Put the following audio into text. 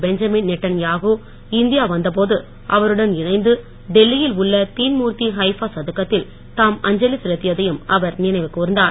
Benjamin Netanyahu India வந்த போது அவருடன் இணைந்து டெல்லியில் உள்ள தீன்மூர்த்தி ஹைஃபா சதுக்கத்தில் தாம் அஞ்சலி செலுத்தியதையும் அவர் நினைவு கூர்ந்தார்